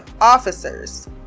officers